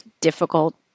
difficult